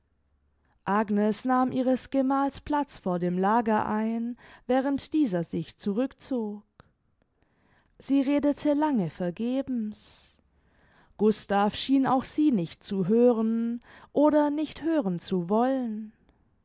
agnes nahm ihres gemals platz vor dem lager ein während dieser sich zurückzog sie redete lange vergebens gustav schien auch sie nicht zu hören oder nicht hören zu wollen